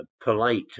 polite